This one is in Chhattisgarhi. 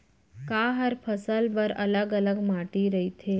का हर फसल बर अलग अलग माटी रहिथे?